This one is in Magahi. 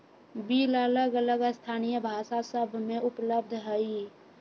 बिल अलग अलग स्थानीय भाषा सभ में उपलब्ध हइ